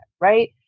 right